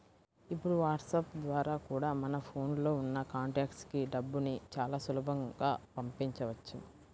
ఇప్పుడు వాట్సాప్ ద్వారా కూడా మన ఫోన్ లో ఉన్న కాంటాక్ట్స్ కి డబ్బుని చాలా సులభంగా పంపించవచ్చు